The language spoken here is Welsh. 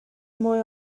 mwy